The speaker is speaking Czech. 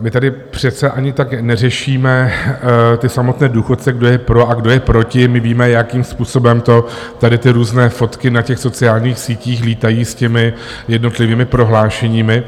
My tady přece ani tak neřešíme ty samotné důchodce, kdo je pro a kdo je proti, my víme, jakým způsobem to tady, ty různé fotky na těch sociálních sítích lítají s těmi jednotlivými prohlášeními.